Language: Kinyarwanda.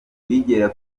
igera